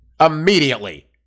immediately